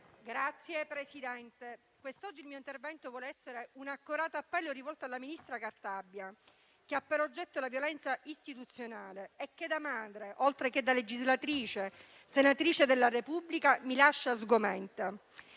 Signor Presidente, quest'oggi il mio intervento vuole essere un accorato appello rivolto alla ministra Cartabia, che ha per oggetto la violenza istituzionale e che da madre, oltre che da legislatrice, senatrice della Repubblica, mi lascia sgomenta.